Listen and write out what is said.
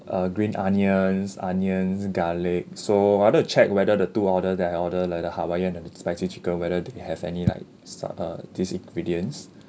uh green onions onions garlic so I want to check whether the two order that I ordered like the hawaiian and the spicy chicken whether they have any like sor~ uh these ingredients